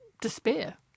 despair